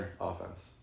Offense